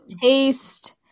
taste